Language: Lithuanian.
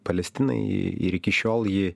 palestinai ir iki šiol ji